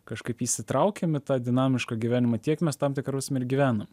kažkaip įsitraukiam į tą dinamišką gyvenimą tiek mes tam tikra prasme ir gyvenam